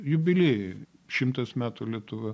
jubiliejai šimtas metų lietuva